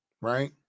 right